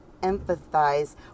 empathize